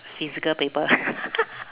physical paper